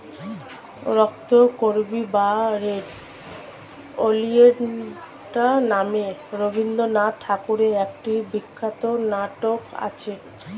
রক্তকরবী বা red oleander নামে রবিন্দ্রনাথ ঠাকুরের একটি বিখ্যাত নাটক আছে